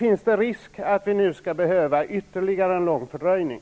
Finns det risk för ytterligare en lång fördröjning?